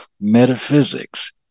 metaphysics